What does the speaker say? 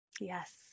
Yes